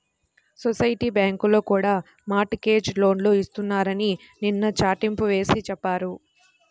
society బ్యాంకుల్లో కూడా mortgage లోన్లు ఇస్తున్నారని నిన్న చాటింపు వేసి చెప్పారు